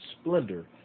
splendor